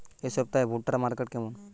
এই সপ্তাহে ভুট্টার মার্কেট কেমন?